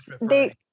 they-